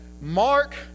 Mark